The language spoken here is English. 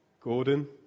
Gordon